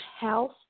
health